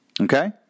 Okay